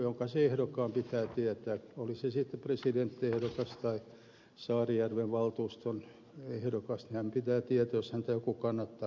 jokaisen ehdokkaan pitää tietää oli sitten presidenttiehdokas tai saarijärven valtuuston ehdokas jos häntä joku kannattaa kuka se on